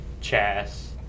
chess